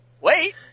wait